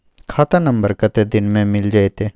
खाता नंबर कत्ते दिन मे मिल जेतै?